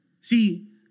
see